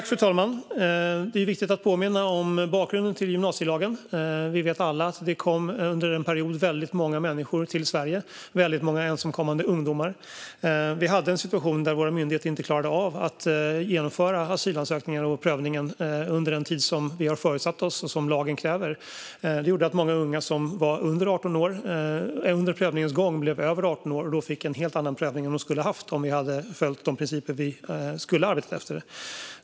Fru talman! Det är viktigt att påminna om bakgrunden till gymnasielagen. Vi vet alla att det under en period kom väldigt många människor till Sverige, bland dem väldigt många ensamkommande ungdomar. Vi hade en situation där våra myndigheter inte klarade av att genomföra asylprövningen under den tid som vi har föresatt oss och som lagen kräver. Detta gjorde att många unga som var under 18 år under prövningens gång hann fylla 18 år och då fick en helt annan prövning än de skulle ha haft om vi hade följt de principer som vi skulle ha arbetat efter.